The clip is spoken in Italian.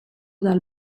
dal